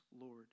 Lord